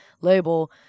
label